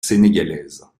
sénégalaise